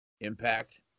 Impact